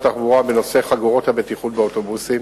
התחבורה בנושא חגורות הבטיחות באוטובוסים.